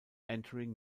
entering